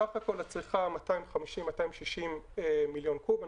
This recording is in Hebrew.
סך הכל הצריכה 250,260 מיליון קוב.